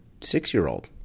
six-year-old